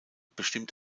bestimmt